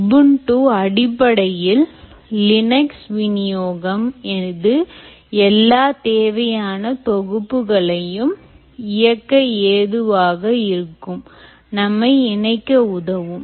Ubuntu அடிப்படையில் Linux வினியோகம் இது எல்லா தேவையான தொகுப்புகளையும் இயக்க ஏதுவாக இருக்கும் நம்மை இணைக்க உதவும்